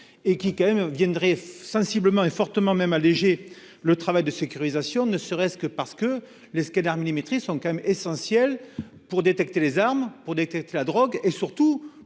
et qui quand même. Sensiblement et fortement même alléger le travail de sécurisation, ne serait-ce que parce que les scanners millimétré sont quand même essentiel pour détecter les armes pour détecter la drogue et surtout